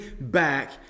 back